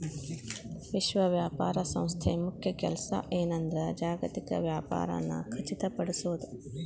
ವಿಶ್ವ ವ್ಯಾಪಾರ ಸಂಸ್ಥೆ ಮುಖ್ಯ ಕೆಲ್ಸ ಏನಂದ್ರ ಜಾಗತಿಕ ವ್ಯಾಪಾರನ ಖಚಿತಪಡಿಸೋದ್